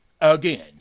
Again